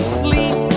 sleep